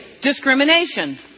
discrimination